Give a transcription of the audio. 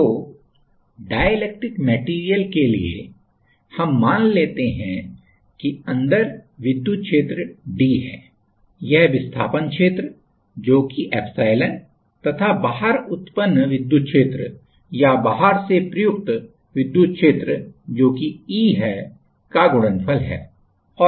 For dielectric material Gauss law तो dielectric material के लिए हम मान लेते हैं कि अन्दर विद्युत क्षेत्र D है यह विस्थापन क्षेत्र जो कि इप्सिलोन तथा बाहर उत्पन्न विद्युत क्षेत्र या बाहर से प्रयुक्त विद्युत क्षेत्र जो कि E है का गुणनफल है